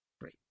Great